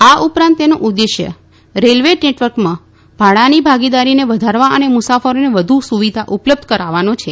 આ ઉપરાંત તેનો ઉદ્દેશ્ય રેલવે નેટવર્કમાં ભાડાની ભાગીદારીને વધારવા અને મુસાફરોને વધુ સુવિધા ઉપલબ્ધ કરાવવાનો છે